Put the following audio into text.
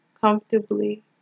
comfortably